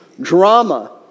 drama